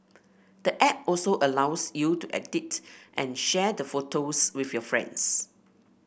the app also allows you to edit and share the photos with your friends